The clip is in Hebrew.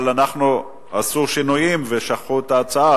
אבל עשו שינויים ושכחו את ההצעה.